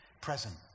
present